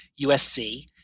usc